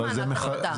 זה מענק עבודה.